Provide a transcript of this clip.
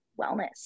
wellness